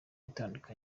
itandatu